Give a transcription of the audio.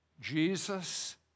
Jesus